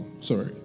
sorry